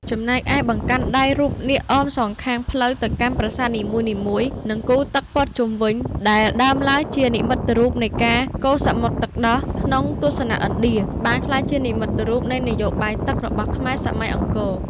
ចំណែកឯបង្កាន់ដៃរូបនាគអមសងខាងផ្លូវទៅកាន់ប្រាសាទនីមួយៗ និងគូទឹកព័ទ្ធជុំវិញ ដែលដើមឡើយជានិមិត្តរូបនៃការកូរសមុទ្រទឹកដោះក្នុងទស្សនៈឥណ្ឌា បានក្លាយជានិមិត្តរូបនៃ នយោបាយទឹក របស់ខ្មែរសម័យអង្គរ។